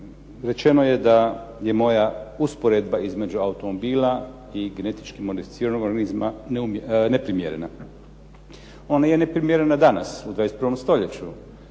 Rečeno je da je moja usporedba između automobila i genetički modificiranog organizma neprimjerena. Ona je neprimjerena danas u 21. stoljeću